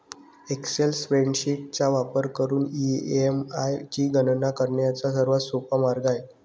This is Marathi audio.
एक्सेल स्प्रेडशीट चा वापर करून ई.एम.आय ची गणना करण्याचा सर्वात सोपा मार्ग आहे